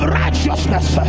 righteousness